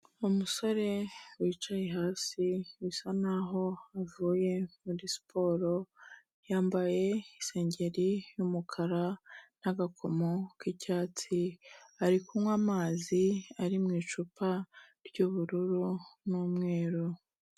Umusore wicaye hasi bisa naho avuye muri siporo yambaye isengeri y'umukara n'agakomo k'icyatsi ari kunywa amazi ari mu icupa ry'ubururu n'umweru.